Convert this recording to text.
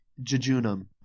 jejunum